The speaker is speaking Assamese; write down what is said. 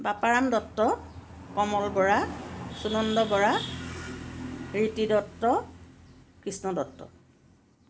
বাপাৰাম দত্ত কমল বৰা সুনন্দ বৰা ৰিতী দত্ত কৃষ্ণ দত্ত